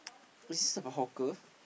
is this at a hawker